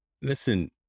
Listen